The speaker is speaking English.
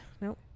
Nope